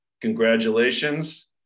congratulations